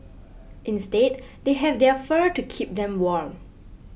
instead they have their fur to keep them warm